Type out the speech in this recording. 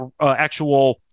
actual